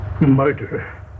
murder